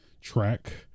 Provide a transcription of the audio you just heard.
track